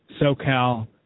SoCal